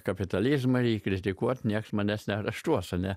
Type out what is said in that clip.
kapitalizmą jį kritikuot nieks manęs neareštuos ane